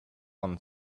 own